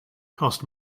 cost